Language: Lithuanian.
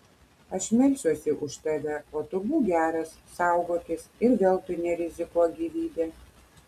aš melsiuosi už tave o tu būk geras saugokis ir veltui nerizikuok gyvybe